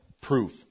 proof